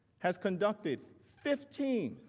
has conducted fifteen